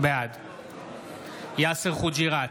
בעד יאסר חוג'יראת,